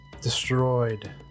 Destroyed